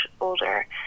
older